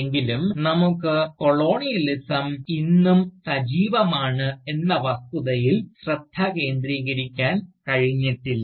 എങ്കിലും നമുക്ക് കൊളോണിയലിസം ഇന്നും സജീവമാണ് എന്ന വസ്തുതയിൽ ശ്രദ്ധ കേന്ദ്രീകരിക്കാൻ കഴിഞ്ഞിട്ടില്ല